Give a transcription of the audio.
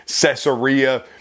Caesarea